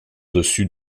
dessus